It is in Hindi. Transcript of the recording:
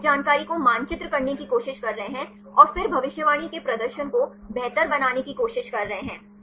वे इस जानकारी को मानचित्र करने की कोशिश कर रहे हैं और फिर भविष्यवाणी के प्रदर्शन को बेहतर बनाने की कोशिश कर रहे हैं